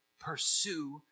Pursue